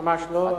ממש לא.